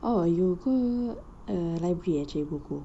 oh you go err library eh cari buku